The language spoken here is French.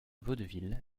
vaudeville